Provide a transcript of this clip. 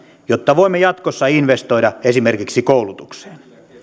jotta voimme jatkossa investoida esimerkiksi koulutukseen